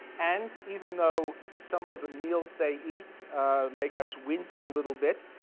and even though some of the meals they eat make us wince a little bit,